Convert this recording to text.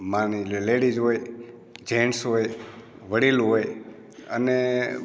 માની લેડિસ હોય જેન્ટસ હોય વડીલ હોય અને